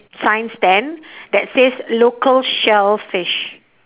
sign stand that says local shellfish